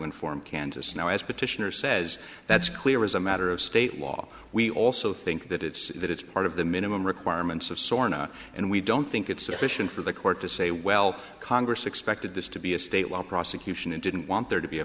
inform kansas now as petitioner says that's clear as a matter of state law we also think that it's that it's part of the minimum requirements of soren and we don't think it's a question for the court to say well congress expected this to be a state well prosecution and didn't want there to be a